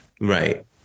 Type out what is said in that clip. right